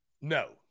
no